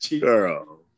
Girl